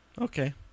Okay